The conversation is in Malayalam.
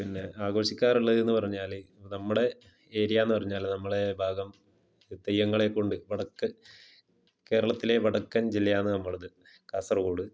പിന്നെ ആഘോഷിക്കാറുള്ളതെന്ന് പറഞ്ഞാൽ നമ്മുടെ ഏരിയാന്ന് പറഞ്ഞാൽ നമ്മളെ ഭാഗം തെയ്യങ്ങളെ കൊണ്ട് വടക്ക് കേരളത്തിലെ വടക്കൻ ജില്ലയാണ് നമ്മളത് കാസർഗോഡ്